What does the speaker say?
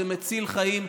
זה מציל חיים.